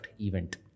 event